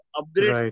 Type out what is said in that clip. upgrade